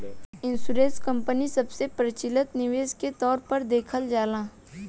insurance company सबसे प्रचलित निवेश के तौर पर देखल जाला